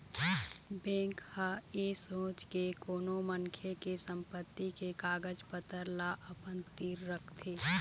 bank ह ऐ सोच के कोनो मनखे के संपत्ति के कागज पतर ल अपन तीर रखथे